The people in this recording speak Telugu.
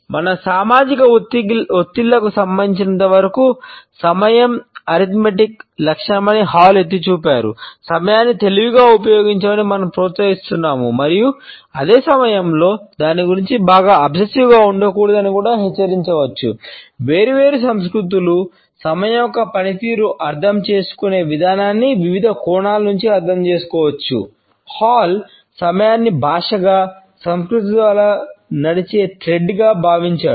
మన సామాజిక ఒత్తిళ్లకు సంబంధించినంతవరకు సమయం అంకగణిత భావించాడు